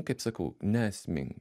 kaip sakau neesminio